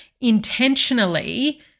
intentionally